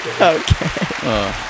Okay